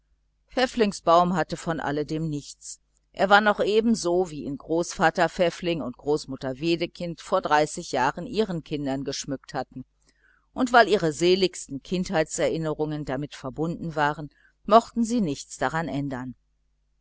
pfäfflings baum hatte von all dem nichts er war noch ebenso wie ihn großvater pfäffling und großmutter wedekind vor dreißig jahren ihren kindern geschmückt hatten und weil ihre seligsten kindheitserinnerungen damit verbunden waren mochten sie nichts daran ändern